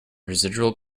residual